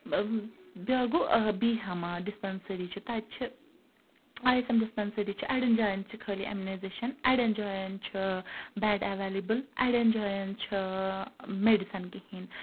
بیاکھ گوٚو بیٖہاما ڈِسپنسری چھِ تَتہِ چھِ ڈِسپنسری چھِ اَڑیٚن جایَن چھِ خٲلی ایٚمنَیزیشَن اَڑیٚن جایَن چھُ بیٚڈ اَویلیبل اَڑیٚن جایَن چھُ میٚڈِسَن کِہیٖنۍ